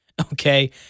okay